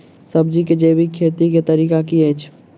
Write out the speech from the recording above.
सब्जी केँ जैविक खेती कऽ तरीका की अछि?